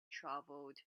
travelled